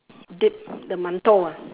dip the 馒头 ah